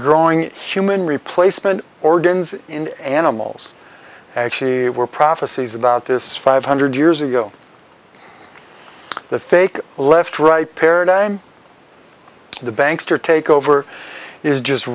growing human replacement organs animals actually were prophecies about this five hundred years ago the fake left right paradigm the banks to take over is just